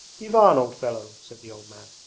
ivan, old fellow said the old man,